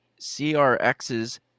CRX's